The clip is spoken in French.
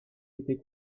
été